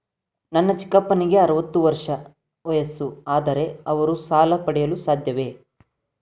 ನನ್ನ ಚಿಕ್ಕಪ್ಪನಿಗೆ ಅರವತ್ತು ವರ್ಷ ವಯಸ್ಸು, ಆದರೆ ಅವರು ಸಾಲ ಪಡೆಯಲು ಸಾಧ್ಯವೇ?